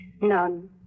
None